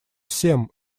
всем